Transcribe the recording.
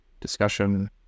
discussion